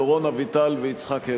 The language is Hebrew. דורון אביטל ויצחק הרצוג.